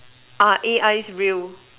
are A_I real